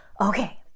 okay